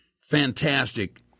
fantastic